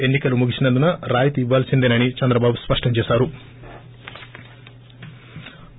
ఎన్సి కలు ముగిసినందున రాయితీ ఇవ్వాల్పిందేనని చంద్రబాబు స్పష్టంచేశారు